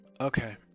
Okay